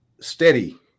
steady